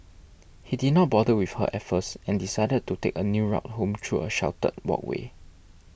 he did not bother with her at first and decided to take a new route home through a sheltered walkway